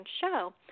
show